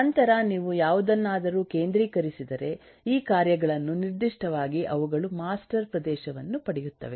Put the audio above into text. ನಂತರ ನೀವು ಯಾವುದನ್ನಾದರೂ ಕೇಂದ್ರೀಕರಿಸಿದರೆ ಈ ಕಾರ್ಯಗಳನ್ನು ನಿರ್ದಿಷ್ಟವಾಗಿ ಅವುಗಳು ಮಾಸ್ಟರ್ ಪ್ರದೇಶವನ್ನು ಪಡೆಯುತ್ತವೆ